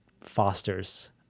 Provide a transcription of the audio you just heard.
fosters